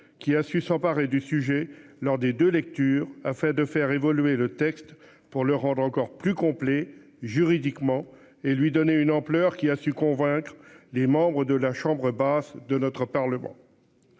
qui a su s'emparer du sujet lors des 2 lectures afin de faire évoluer le texte pour le rendre encore plus complet juridiquement et lui donner une ampleur qui a su convaincre les membres de la chambre basse de notre Parlement.